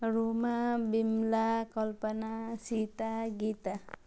Roma Bimla Kalpana Sita Gita